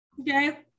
okay